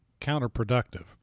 counterproductive